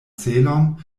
celon